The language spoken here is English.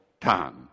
time